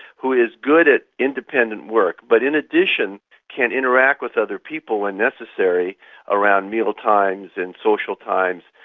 who is good at independent work, but in addition can interact with other people when necessary around mealtimes and social times,